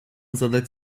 zadać